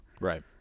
right